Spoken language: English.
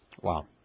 Wow